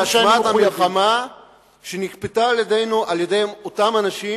באשמת המלחמה שנכפתה על-ידי אותם אנשים,